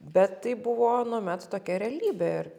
bet tai buvo anuomet tokia realybė ir